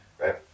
right